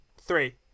Three